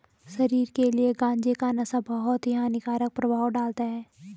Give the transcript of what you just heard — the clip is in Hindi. शरीर के लिए गांजे का नशा बहुत ही हानिकारक प्रभाव डालता है